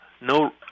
No